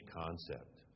concept